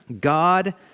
God